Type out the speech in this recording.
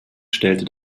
stellte